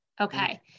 Okay